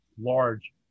Large